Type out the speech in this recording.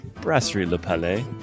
Brasserie-le-Palais